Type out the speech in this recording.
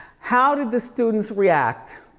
how did the students react?